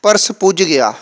purse ਪੁੱਜ ਗਿਆ